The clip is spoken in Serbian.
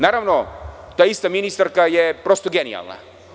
Naravno, ta ista ministarka je prosto genijalna.